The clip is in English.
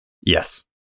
Yes